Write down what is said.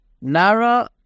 nara